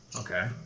Okay